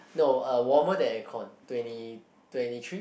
no uh warmer than aircon twenty twenty three